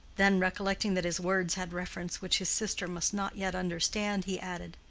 then, recollecting that his words had reference which his sister must not yet understand, he added,